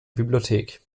bibliothek